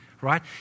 right